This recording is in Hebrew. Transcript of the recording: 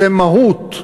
זו מהות.